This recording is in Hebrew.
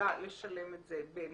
יכולה לשלם את ה-1,000 ש"ח האלה במזומן